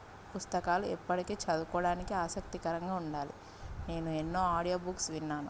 పుస్తకాలు ఇప్పటికీ చదువుకోవడానికి ఆసక్తికరంగా ఉండాలి నేను ఎన్నో ఆడియో బుక్స్ విన్నాను